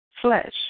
flesh